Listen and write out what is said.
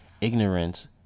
Ignorance